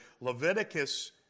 Leviticus